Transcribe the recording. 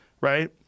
right